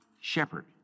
Shepherd